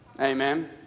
Amen